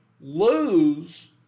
Lose